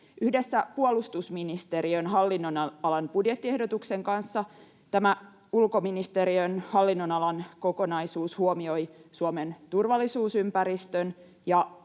Yhdessä puolustusministeriön hallinnonalan budjettiehdotuksen kanssa tämä ulkoministeriön hallinnonalan kokonaisuus huomioi Suomen turvallisuusympäristön ja